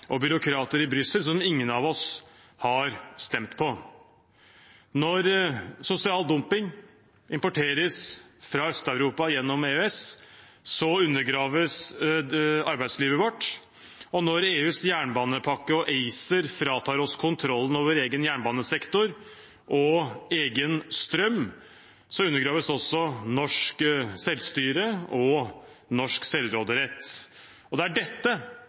og byråkrater i Brussel som ingen av oss har stemt på. Når sosial dumping importeres fra Øst-Europa gjennom EØS, undergraves arbeidslivet vårt, og når EUs jernbanepakke og ACER fratar oss kontrollen over egen jernbanesektor og egen strøm, undergraves også norsk selvstyre og norsk selvråderett. Det er dette